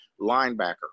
linebacker